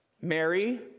Mary